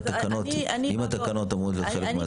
אם התקנות, אם התקנות אמורות להיות חלק מהאסדרה.